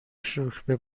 شکر، به